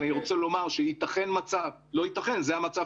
אני רוצה לומר שיתכן מצב לא יתכן אלא זה המצב